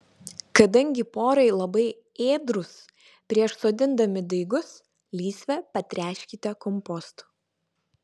kadangi porai labai ėdrūs prieš sodindami daigus lysvę patręškite kompostu